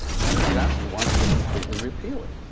senator johnson wants to completely repeal it.